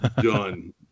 Done